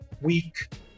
week